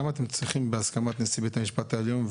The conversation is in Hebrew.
למה צריכה להיות הסכמת נשיא בית המשפט העליון,